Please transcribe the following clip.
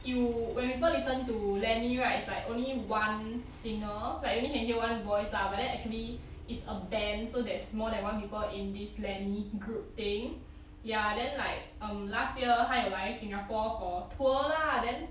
you when people listen to lany right it's like only one singer like you can only hear one voice lah but then actually it's a band so there's more than one people in this lany group thing ya then like um last year 他有来 singapore for tour lah then